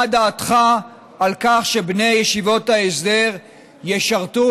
מה דעתך על כך שבני ישיבות ההסדר ישרתו